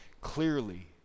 clearly